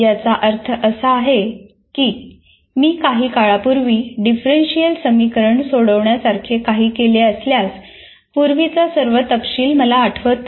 याचा अर्थ असा आहे की मी काही काळापूर्वी डिफरंशियल समीकरण सोडवण्यासारखे काही केले असल्यास पूर्वीचा सर्व तपशील मला आठवत नाही